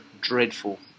dreadful